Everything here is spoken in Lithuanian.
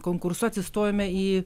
konkursu atsistojome į